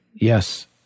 Yes